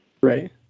Right